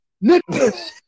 Nicholas